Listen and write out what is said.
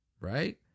Right